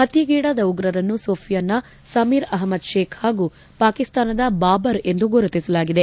ಹತ್ಗೆಗೀಡಾದ ಉಗ್ರರನ್ನು ಸೋಫಿಯಾನ್ನ ಸಮೀರ್ ಅಹಮ್ನದ್ ಶೇಕ್ ಹಾಗೂ ಪಾಕಿಸ್ತಾನದ ಬಾಬರ್ ಎಂದು ಗುರುತಿಸಲಾಗಿದೆ